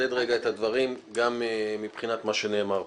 לחדד רגע את הדברים מבחינת מה שנאמר פה.